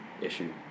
issue